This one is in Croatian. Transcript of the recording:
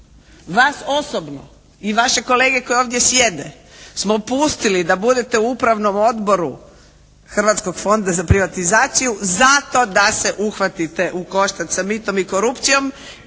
vas osobno i vaše kolege koje ovdje sjede smo pustili da budete u Upravnom odboru Hrvatskog fonda za privatizaciju zato da se uhvatite u koštac sa mitom i korupcijom,